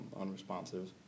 unresponsive